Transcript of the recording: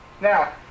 Now